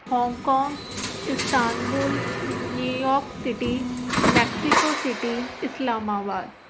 Hong Kong Istanbul New York city Mexico city Islamabad